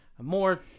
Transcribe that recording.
more